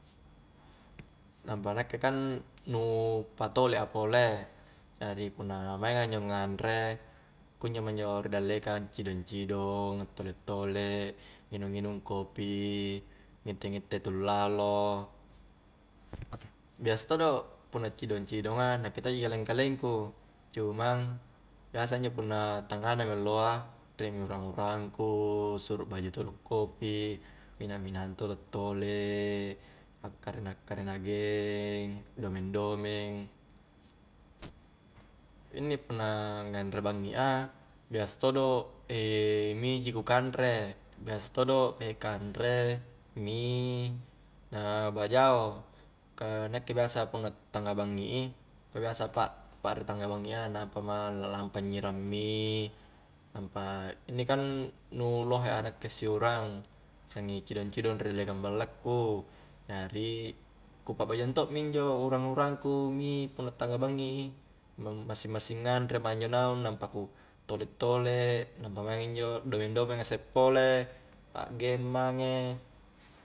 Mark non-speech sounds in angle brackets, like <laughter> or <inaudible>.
Nampa nakke kan nu patole a pole jari punna mainga injo nganre kunjo ma injo ri dallekang cidong-cidong a' tole'-tole' nginung-nginung kopi, ngitte-ngitte tu lallo biasa todo' punna cidong-cidonga nakke to'ji kaleng-kaleng ku cumang biasa injo punna tangnga na mi alloa rie mi urang-urang ku, suro akbaju todo' kopi mina-minahang todo attole akarena-karena geng domeng-domeng inni punna nganre bangngi a biasa todo' <hesitation> mie ji ku kanre, biasa todo' <hesitation> kanre, mie, na bajao ka nakke biasa punna tanga bangngi i ka biasa pa'pare tanga bangi a nampa ma la lampa anyirang mie nampa inni kan nu lohe a nakke siurang sanging cidong-cidong riellekang ballaku jari ku pa'bajuang to'mi injo uarng-urang ku mie punna tangnga bangngi i, massing-massing nganre ma injo naung nampa ku tole-tole nampa maing injo domeng-domenga isse pole, a gem mange